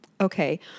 okay